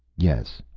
yes,